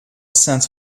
sense